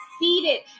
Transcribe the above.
Seated